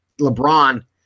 LeBron